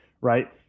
right